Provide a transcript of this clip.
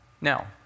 Now